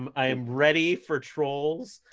um i am ready for trolls.